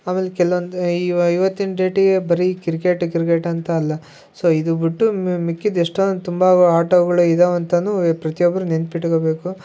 ಆಮೇಲೆ ಕೆಲವೊಂದು ಇವತ್ತಿನ ಡೇಟಿಗೆ ಬರೀ ಕಿರ್ಕೆಟ್ ಕ್ರಿಕೆಟ್ ಅಂತ ಅಲ್ಲ ಸೋ ಇದು ಬಿಟ್ಟು ಮಿಕ್ಕಿದ ಎಷ್ಟೊಂದು ತುಂಬಾ ಆಟಗಳು ಇದಾವೆ ಅಂತನು ಪ್ರತಿಯೊಬ್ಬರು ನೆನಪಿಟ್ಕೋಬೇಕು